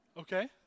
Okay